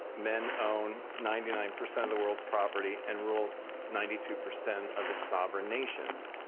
men own ninety nine percent of the world's property and rule ninety two percent of its sovereign nations.